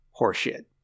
horseshit